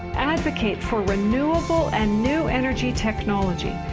advocate for renewable and new energy technology!